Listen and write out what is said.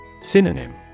Synonym